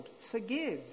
forgive